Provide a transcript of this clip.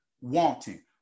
wanting